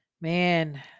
Man